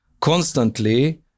constantly